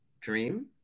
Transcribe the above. dream